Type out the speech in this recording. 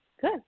Good